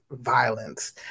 violence